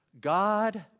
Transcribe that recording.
God